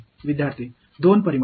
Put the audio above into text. மாணவர் இரண்டு பரிமாணங்கள்